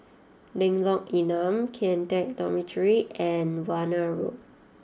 Lengkong Enam Kian Teck Dormitory and Warna Road